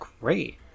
great